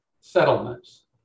settlements